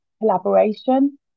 collaboration